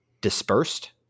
dispersed